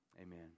amen